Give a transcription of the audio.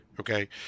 Okay